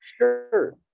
Sure